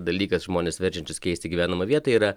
dalykas žmones verčiančius keisti gyvenamą vietą yra